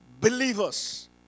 believers